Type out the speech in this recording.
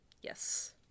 Yes